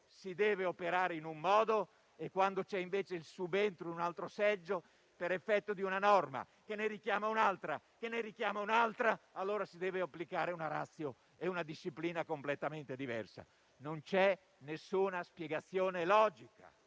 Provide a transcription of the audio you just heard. si deve operare in un modo e quando c'è invece il subentro in un altro seggio, per effetto di una norma che ne richiama un'altra, che ne richiama un'altra ancora allora si devono applicare una *ratio* e una disciplina completamente diverse. Non c'è alcuna spiegazione logica.